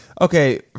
Okay